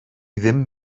ddim